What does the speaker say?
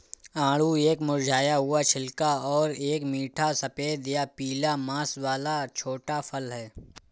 आड़ू एक मुरझाया हुआ छिलका और एक मीठा सफेद या पीला मांस वाला छोटा फल है